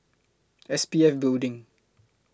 S P F Building